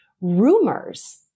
rumors